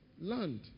land